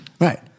Right